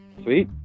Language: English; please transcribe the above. Sweet